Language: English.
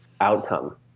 outcome